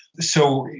so,